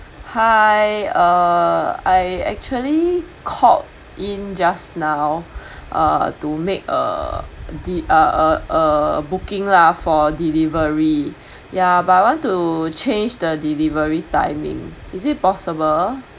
hi uh I actually called in just now uh to make uh the uh uh booking lah for delivery ya but I want to change the delivery timing is it possible